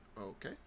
Okay